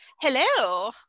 Hello